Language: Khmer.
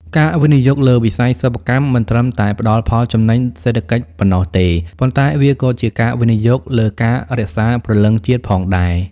ការវិនិយោគលើវិស័យសិប្បកម្ម មិនត្រឹមតែផ្ដល់ផលចំណេញសេដ្ឋកិច្ចប៉ុណ្ណោះទេ ប៉ុន្តែវាក៏ជាការវិនិយោគលើការរក្សាព្រលឹងជាតិផងដែរ។